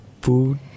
food